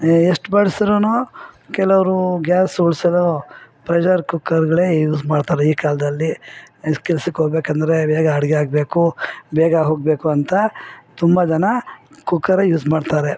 A ಎಷ್ಟು ಬಳ್ಸಿದ್ರು ಕೆಲವರು ಗ್ಯಾಸ್ ಉಳಿಸಲು ಪ್ರೆಷರ್ ಕುಕ್ಕರ್ಗಳೇ ಯೂಸ್ ಮಾಡ್ತಾರೆ ಈ ಕಾಲದಲ್ಲಿ ಕೆಲ್ಸಕ್ಕೋಗ್ಬೇಕಂದ್ರೆ ಬೇಗ ಅಡಿಗೆ ಆಗಬೇಕು ಬೇಗ ಹೋಗಬೇಕು ಅಂತ ತುಂಬ ಜನ ಕುಕ್ಕರೇ ಯೂಸ್ ಮಾಡ್ತಾರೆ